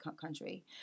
country